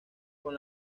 con